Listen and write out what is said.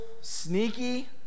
sneaky